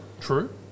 true